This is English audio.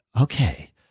okay